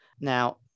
Now